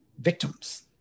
victims